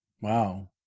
Wow